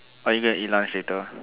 are you gonna eat lunch later